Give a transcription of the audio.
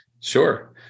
Sure